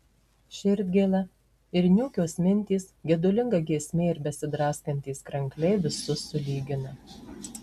širdgėla ir niūkios mintys gedulinga giesmė ir besidraskantys krankliai visus sulygina